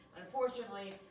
unfortunately